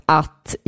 att